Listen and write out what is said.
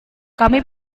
kami